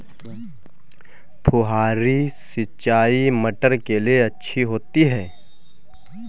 फुहारी सिंचाई मटर के लिए अच्छी होती है?